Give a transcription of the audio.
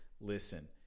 listen